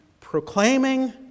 proclaiming